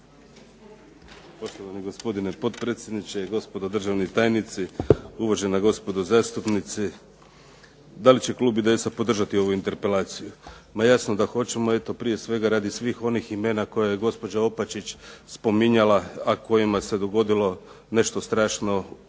Poštovani gospodine potpredsjedniče, gospodo državni tajnici, uvažena gospodo zastupnici. Da li će klub IDS-a podržati ovu interpelaciju? Ma jasno da hoćemo, eto prije svega radi svih onih imena koja je gospođa Opačić spominjala, a kojima se dogodilo nešto strašno, ne